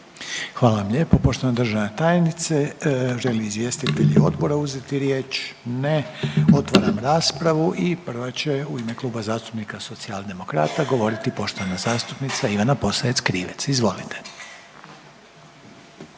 Hvala vam lijepa poštovana državna tajnice. Žele li izvjestitelji odbora uzeti riječ? Ne. Otvaram raspravu i prva će u ime Kluba zastupnika Socijaldemokrata govoriti poštovana zastupnica Ivana Posavec Krivec. Izvolite.